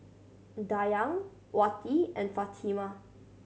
Dayang Wati and Fatimah